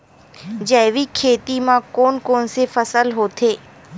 जैविक खेती म कोन कोन से फसल होथे?